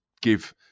give